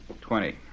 Twenty